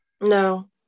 No